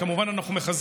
אנחנו כמובן מחזקים,